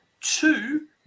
Two